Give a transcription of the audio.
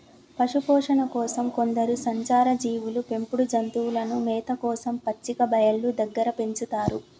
పశుపోషణ కోసం కొందరు సంచార జీవులు పెంపుడు జంతువులను మేత కోసం పచ్చిక బయళ్ళు దగ్గర పెంచుతారు